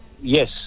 Yes